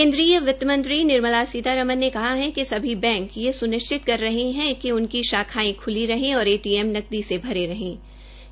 केन्द्रीय वित्तमंत्री निर्मला सीतारमन ने कहा है कि सभी बैंक यह स्निश्चित कर रहे है उनकी शाखायें ख्ली रहें और एटीएम नकदी से भरे जा रहे है